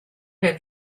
have